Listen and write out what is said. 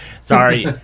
Sorry